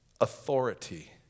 authority